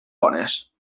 bones